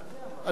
נכון.